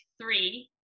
three